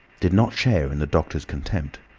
did not share in the doctor's contempt.